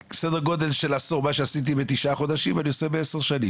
מה שעשיתי בתשעה חודשים, אני עושה פה בעשר שנים.